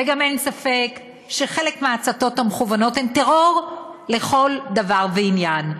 וגם אין ספק שחלק מההצתות המכוונות הן טרור לכל דבר ועניין.